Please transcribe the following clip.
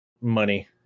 Money